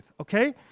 okay